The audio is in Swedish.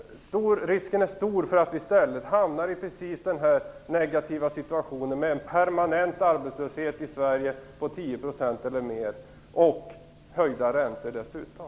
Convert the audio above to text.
Risken är stor för att vi i stället hamnar i den negativa situationen att vi har en pemanent arbetslöshet på 10 % eller mer och dessutom får höjda räntor.